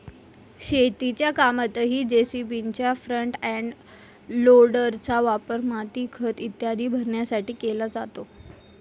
शेतीच्या कामातही जे.सी.बीच्या फ्रंट एंड लोडरचा वापर माती, खत इत्यादी भरण्यासाठी केला जातो